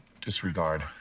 disregard